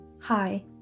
Hi